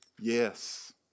Yes